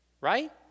Right